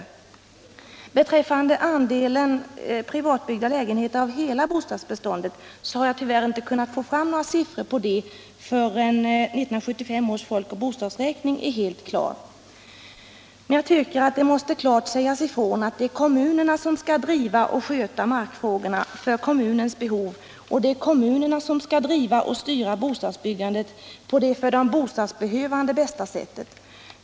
Tyvärr kan jag inte få fram några siffror på andelen privatbyggda lägenheter av hela bostadsbeståndet förrän 1975 års folkoch bostadsräkning är klar. Men jag tycker att det klart måste sägas ifrån att det är kommunerna som skall driva och sköta markfrågorna för kommunens behov. Det är också kommunerna som skall driva och styra bostadsbyggandet på det för de bostadsbehövande bästa sättet.